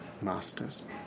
masters